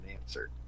answer